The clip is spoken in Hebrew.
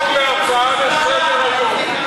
יהפוך להצעה לסדר-היום.